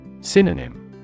Synonym